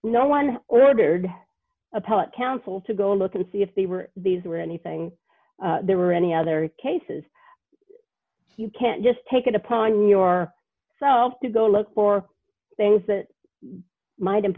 no one ordered appellate counsel to go look and see if they were these were anything there were any other cases you can just take it upon your self to go look for things that might